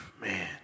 man